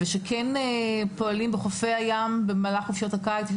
שפועלת בחופי הים במהלך חודשי הקיץ.